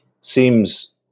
seems